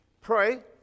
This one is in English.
Pray